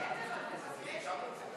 נא לסיים.